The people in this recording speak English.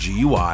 gui